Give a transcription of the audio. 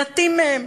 מעטים מהם.